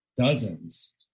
dozens